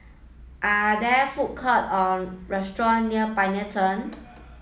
are there food court or restaurant near Pioneer Turn